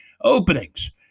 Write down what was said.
openings